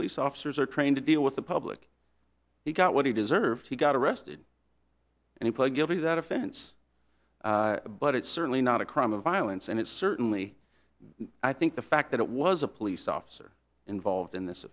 police officers are trained to deal with the public he got what he deserved he got arrested and he pled guilty to that offense but it's certainly not a crime of violence and it certainly i think the fact that it was a police officer involved in this